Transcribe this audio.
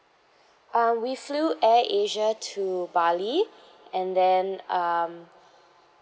uh we flew air asia to bali and then um